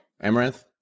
Amaranth